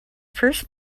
first